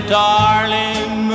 darling